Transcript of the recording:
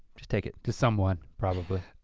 just take it. to someone probably.